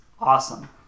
Awesome